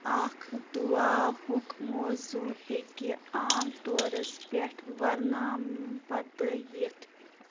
اکھ دُعاہُک موضوٗع ہیٚکہِ عام طورس پٮ۪ٹھ ورنام پتہٕ یِتھ